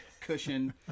cushion